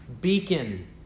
beacon